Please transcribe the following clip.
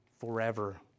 forever